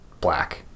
black